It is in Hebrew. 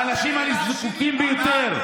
האנשים הזקוקים ביותר.